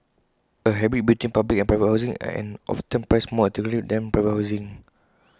A hybrid between public and private housing and often priced more attractively than private housing